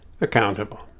accountable